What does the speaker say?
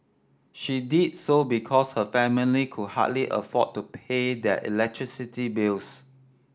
she did so because her family could hardly afford to pay their electricity bills